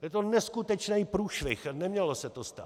Je to neskutečný průšvih a nemělo se to stát.